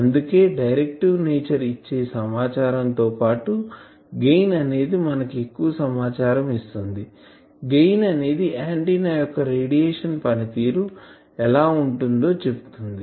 అందుకే directive nature ఇచ్చే సమాచారం తో పాటు గెయిన్ అనేది మనకు ఎక్కువ సమాచారం ఇస్తుంది గెయిన్ అనేది ఆంటిన్నా యొక్క రేడియేషన్ పనితీరు ఎలా ఉంటుందో చెప్తుంది